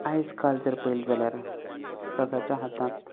आयज काल जर पळयलें जाल्यार सगळ्यांच्या हातांत